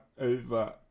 over